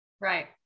right